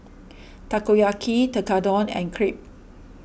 Takoyaki Tekkadon and Crepe